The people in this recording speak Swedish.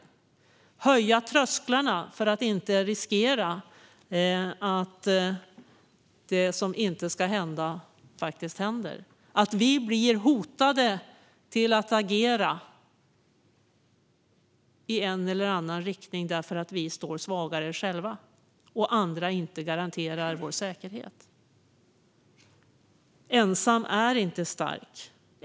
Vi behöver höja trösklarna för att inte riskera att det som inte ska hända faktiskt händer, att vi blir hotade till att agera i en eller annan riktning därför att vi står svagare själva och andra inte garanterar vår säkerhet. Ensam är inte stark.